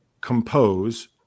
compose